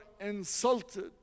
insulted